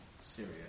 Syria